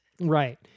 Right